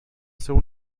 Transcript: seu